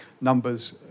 numbers